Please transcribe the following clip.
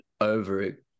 over